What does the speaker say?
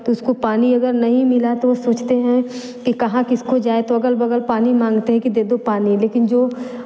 तो उसको पानी अगर नहीं मिला तो ओ सोचते हैं कि कहाँ किसको जाए तो अगल बगल पानी मांगते हैं कि दे दो पानी लेकिन जो